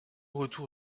retour